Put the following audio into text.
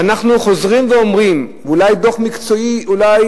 ואנחנו חוזרים ואומרים: דוח מקצועי אולי